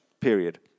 period